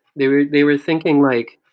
they were they were thinking like,